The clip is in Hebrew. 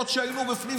עוד כשהיינו בפנים,